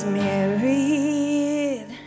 married